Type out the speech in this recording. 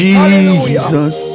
Jesus